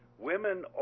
women